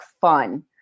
fun